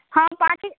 हाँ पाँच ही